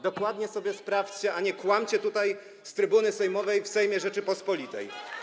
Dokładnie sobie to sprawdźcie, a nie kłamcie tutaj, z trybuny sejmowej w Sejmie Rzeczypospolitej.